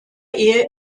ehe